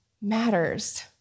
matters